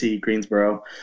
Greensboro